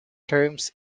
terms